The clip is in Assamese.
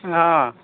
অ'